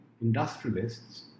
industrialists